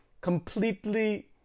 completely